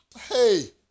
hey